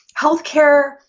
healthcare